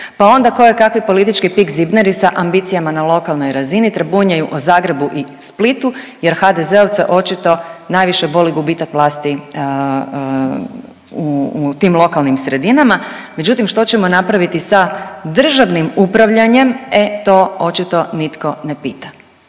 pa onda kojekakvi politički pikzibneri sa ambicijama na lokalnoj razini trabunjaju o Zagrebu i Splitu jer HDZ-ovce očito najviše boli gubitak vlasti u tim lokalnim sredinama. Međutim, što ćemo napraviti sa državnim upravljanjem, e to očito nitko ne pita.